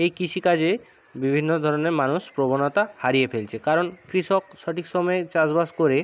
এই কৃষিকাজে বিভিন্ন ধরনের মানুষ প্রবণতা হারিয়ে ফেলছে কারণ কৃষক সঠিক সময়ে চাষবাস করে